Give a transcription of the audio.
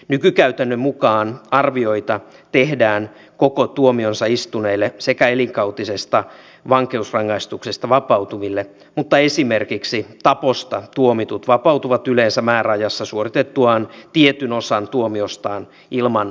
nykykäytännön mukaan arvioita tehdään koko tuomionsa istuneille sekä elinkautisesta vankeusrangaistuksesta vapautuville mutta esimerkiksi taposta tuomitut vapautuvat yleensä määräajassa suoritettuaan tietyn osan tuomiostaan ilman vaarallisuusarvion tekoa